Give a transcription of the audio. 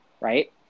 right